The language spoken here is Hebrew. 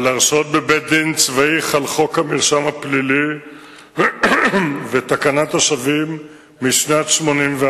על הרשעות בבית-דין צבאי חל חוק המרשם הפלילי ותקנת השבים משנת 1981,